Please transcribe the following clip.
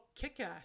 kick-ass